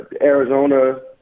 Arizona